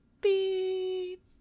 Beep